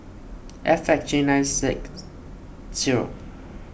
F X J nine Z zero